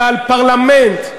ועל פרלמנט,